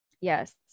Yes